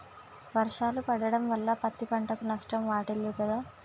వర్షాలు పడటం వల్ల పత్తి పంటకు నష్టం వాటిల్లుతదా?